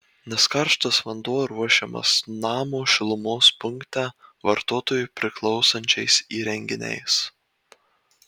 nes karštas vanduo ruošiamas namo šilumos punkte vartotojui priklausančiais įrenginiais